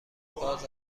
باز